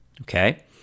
Okay